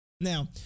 Now